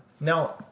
Now